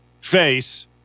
face